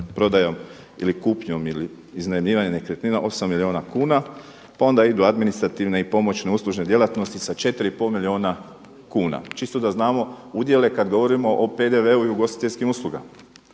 prodajom ili kupnjom ili iznajmljivanjem nekretnina 8 milijuna kuna. Pa onda idu administrativne i pomoćne uslužene djelatnosti sa 4,5 milijuna kuna čisto da znamo udjele kad govorimo o PDV-u i ugostiteljskim uslugama